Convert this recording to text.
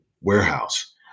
warehouse